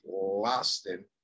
lasting